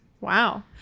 Wow